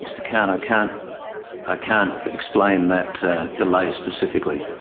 mr khan, i can't ah can't explain that delay specifically.